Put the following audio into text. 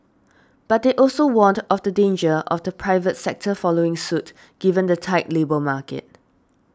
but they also warned of the danger of the private sector following suit given the tight labour market